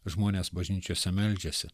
žmonės bažnyčiose meldžiasi